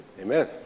Amen